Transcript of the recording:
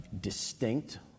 distinct